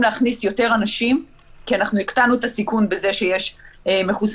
להכניס יותר אנשים כי אנחנו הקטנו את הסיכון בזה שיש מחוסנים,